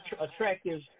attractive